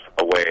away